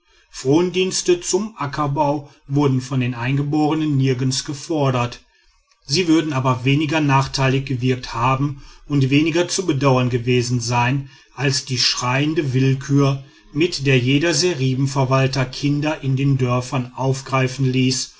frondienste zum ackerbau wurden von den eingeborenen nirgends gefordert sie würden aber weniger nachteilig gewirkt haben und weniger zu bedauern gewesen sein als die schreiende willkür mit der jeder seribenverwalter kinder in den dörfern aufgreifen ließ